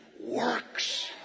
works